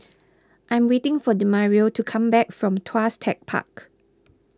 I am waiting for Demario to come back from Tuas Tech Park